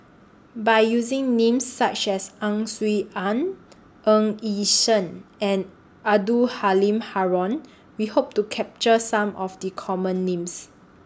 By using Names such as Ang Swee Aun Ng Yi Sheng and Abdul Halim Haron We Hope to capture Some of The Common Names